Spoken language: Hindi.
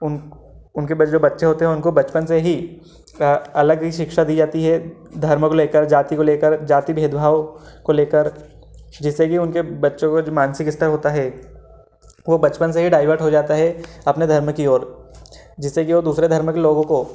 उन्क उनके पास जो बच्चे होते है उनको बचपन से ही अलग ही शिक्षा दी जाती है धर्म को लेकर जाती को लेकर जाति भेदभाव को लेकर जिससे कि उनके बच्चों का जो मानसिक स्तर होता है वह बचपन से ही डाइवर्ट हो जाता है अपने धर्म की ओर जिससे कि वह दूसरे धर्म के लोगो को